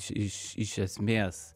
iš iš esmės